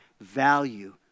value